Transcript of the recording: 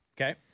Okay